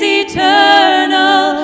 eternal